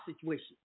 situation